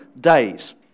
days